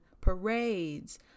parades